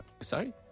Sorry